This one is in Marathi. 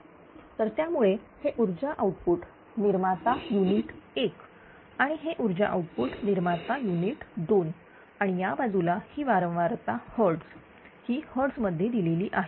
तर त्यामुळे हे ऊर्जा आउटपुट निर्माता युनिट 1 आणि हे ऊर्जा आउटपुट निर्माता युनिट 2 आणि या बाजूला ही वारंवारता hertz ही hertz मध्ये दिलेली आहे